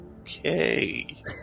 Okay